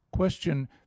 Question